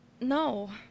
No